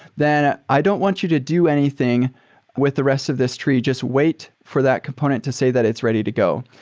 then i don't want you to do anything with the rest of this tree. just wait for that component to say that it's ready to go.